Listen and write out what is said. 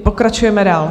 Pokračujeme dál.